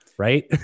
Right